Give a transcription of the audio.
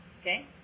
Okay